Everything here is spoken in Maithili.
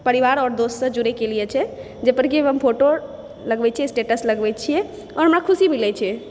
परिवार आओर दोस्तसँ जुड़ै केलिए छै जाहिपर कि हम फोटो लगबै छी स्टेटस लगबै छियै आओर हमरा खुशी मिलै छै